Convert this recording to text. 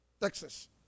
Texas